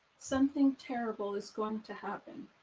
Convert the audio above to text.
something terrible is going to happen.